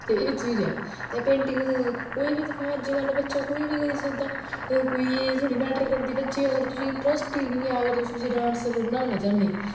ते एह् चीज ऐ ते पेटिंग कोई बी दिक्खो हां अज्जकल बच्चा कोई बी करी सकदा कोई एज बी निं मैटर करदी बच्चे अगर तुसेंई ट्रस्ट ई निं ऐ अगर तुस उसी डांसर बनाना चाह्नें